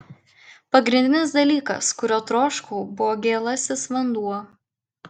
pagrindinis dalykas kurio troškau buvo gėlasis vanduo